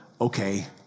okay